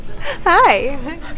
hi